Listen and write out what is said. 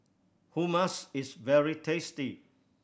hummus is very tasty